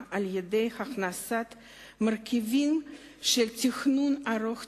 על-ידי הכנסת מרכיבים של תכנון ארוך טווח,